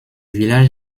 village